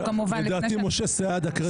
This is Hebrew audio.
מי בעד קבלת הרוויזיה?